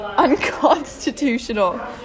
Unconstitutional